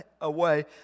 away